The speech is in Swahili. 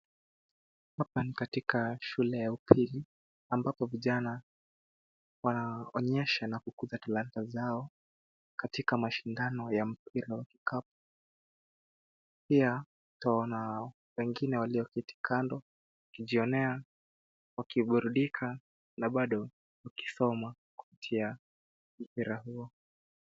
Hapa ni katika shule ya upili ambapo vijana wanaonyesha na kukuza talanta zao katika mashindano ya mpira wa vikapu. Pia twaona wengine walioketi kando wakijionea, wakiburudika na bado wakisoma kupitia mpira huo.